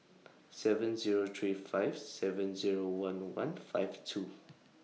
seven Zero three five seven Zero one one five two